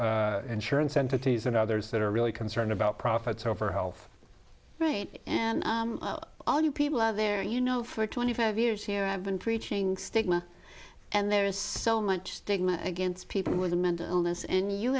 by insurance entities and others that are really concerned about profits over health right and all you people out there you know for twenty five years here i've been preaching stigma and there is so much stigma against people with mental illness and you